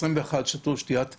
21 אחוזים שתו שתיית הילולה.